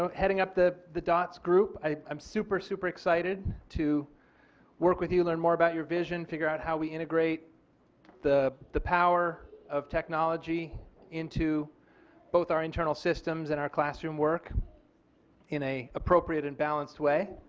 um heading up the the dots group i am super super excited to work with you, learn more about your vision figure out how we integrate the the power of technology into both our internal systems and our classroom work in an appropriate and balanced way.